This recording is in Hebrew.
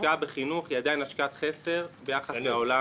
וההשקעה בחינוך היא עדיין השקעת חסר ביחס לעולם